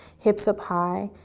hips up high,